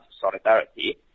solidarity